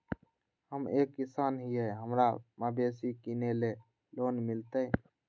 हम एक किसान हिए हमरा मवेसी किनैले लोन मिलतै?